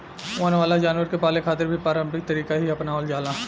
वन वाला जानवर के पाले खातिर भी पारम्परिक तरीका ही आपनावल जाला